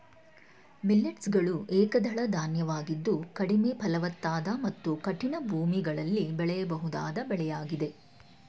millets ಗಳು ಏಕದಳ ಧಾನ್ಯವಾಗಿದ್ದು ಕಡಿಮೆ ಫಲವತ್ತಾದ ಮತ್ತು ಕಠಿಣ ಭೂಮಿಗಳಲ್ಲಿ ಬೆಳೆಯಬಹುದಾದ ಬೆಳೆಯಾಗಿವೆ